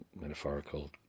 metaphorical